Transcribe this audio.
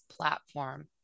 platform